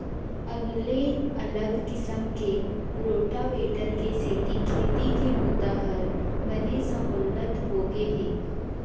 अगले अलग किसम के रोटावेटर के सेती खेती के बूता हर बने सहोल्लत होगे हे